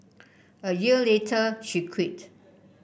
a year later she quit